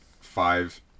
five